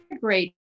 great